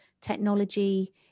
technology